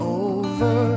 over